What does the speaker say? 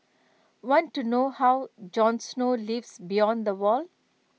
want to know how Jon snow lives beyond the wall